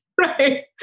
Right